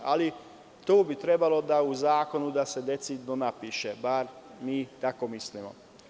Ali, to bi trebalo u zakonu da se decidno napiše, bar mi tako mislimo.